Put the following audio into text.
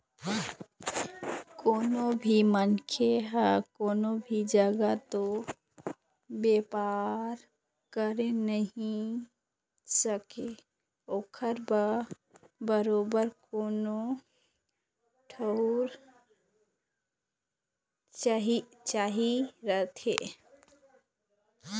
कोनो भी मनखे ह कोनो भी जघा तो बेपार करे नइ सकय ओखर बर बरोबर कोनो ठउर चाही रहिथे